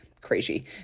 Crazy